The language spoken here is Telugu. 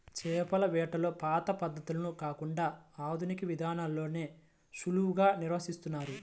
చేపల వేటలో పాత పద్ధతులను కాకుండా ఆధునిక విధానాల్లోనే సులువుగా నిర్వహిస్తున్నారు